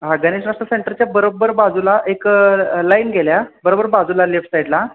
हा गनेश नाष्टा सेंटरच्या बरोबर बाजूला एक लाईन गेल्या बरोबर बाजूला लेफ्ट साईडला